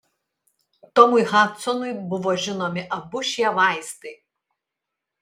tomui hadsonui buvo žinomi abu šie vaistai